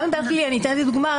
אפילו דוגמה,